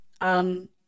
Um